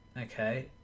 okay